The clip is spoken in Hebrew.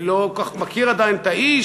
אני עדיין לא כל כך מכיר את האיש,